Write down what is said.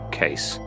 case